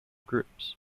groups